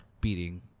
beating